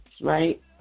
right